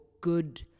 good